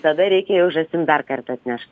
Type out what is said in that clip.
tada reikėia jau žąsim dar kartą atnešt